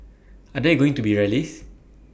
are there going to be rallies